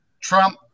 trump